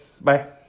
Bye